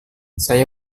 saya